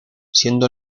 siendo